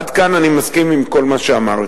עד כאן אני מסכים עם כל מה שאמרת.